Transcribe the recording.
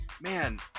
man